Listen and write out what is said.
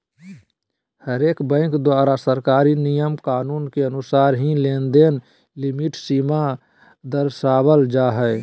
हरेक बैंक द्वारा सरकारी नियम कानून के अनुसार ही लेनदेन लिमिट सीमा दरसावल जा हय